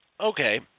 Okay